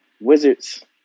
Wizards